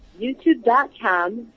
youtube.com